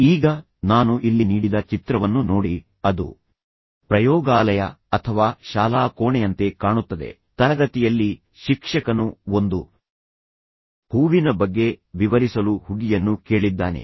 ಈಗ ನಾನು ಇಲ್ಲಿ ನೀಡಿದ ಚಿತ್ರವನ್ನು ನೋಡಿ ಅದು ಪ್ರಯೋಗಾಲಯ ಅಥವಾ ಶಾಲಾ ಕೋಣೆಯಂತೆ ಕಾಣುತ್ತದೆ ತರಗತಿಯಲ್ಲಿ ಶಿಕ್ಷಕನು ಒಂದು ಹೂವಿನ ಬಗ್ಗೆ ವಿವರಿಸಲು ಹುಡುಗಿಯನ್ನು ಕೇಳಿದ್ದಾನೆ